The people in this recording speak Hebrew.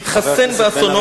מתחסן באסונו